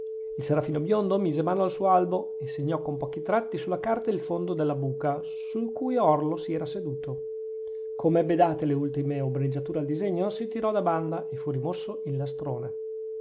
il serafino biondo mise mano al suo albo e segnò con pochi tratti sulla carta il fondo della buca sul cui orlo si era seduto com'ebbe date le ultime ombreggiature al disegno si tirò da banda e fu rimosso il lastrone